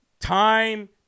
time